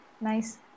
Nice